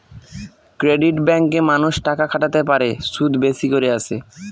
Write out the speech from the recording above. credit ব্যাঙ্কে মানুষ টাকা খাটাতে পারে, সুদ বেশি করে আসে